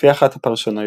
לפי אחת הפרשנויות,